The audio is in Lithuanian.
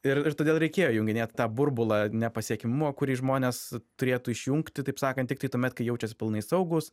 ir ir todėl reikėjo įjunginėt tą burbulą nepasiekimo kurį žmonės turėtų išjungti taip sakant tiktai tuomet kai jaučiasi pilnai saugūs